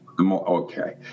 Okay